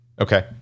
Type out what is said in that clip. Okay